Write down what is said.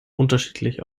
unterschiedlich